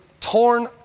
torn